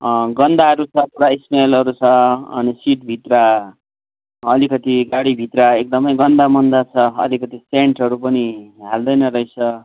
गन्दहरू छ पुरा स्मेलहरू छ अनि सिटभित्र अलिकति गाडीभित्र एकदमै गन्दमन्द छ अलिकति सेन्टहरू पनि हाल्दैन रहेछ